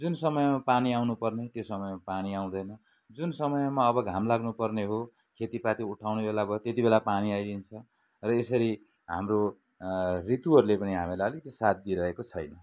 जुन समयमा पानी आउनु पर्ने त्यो समयमा पानी आउँदैन जुन समयमा अब घाम लाग्नु पर्ने हो खेतीपाती उठाउने बेला भयो त्यतिबेला पानी आइदिन्छ र यसरी हाम्रो ऋतुहरूले पनि हामीलाई अलिकति साथ दिइरहेको छैन